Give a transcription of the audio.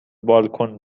بالکن